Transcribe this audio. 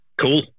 Cool